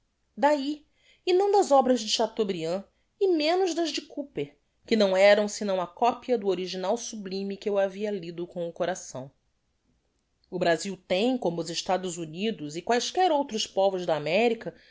d'ahi e não das obras de chateaubriand e menos das de cooper que não eram senão a copia do original sublime que eu havia lido com o coração o brasil tem como os estados unidos e quaesquer outros povos da america